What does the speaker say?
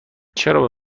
چرا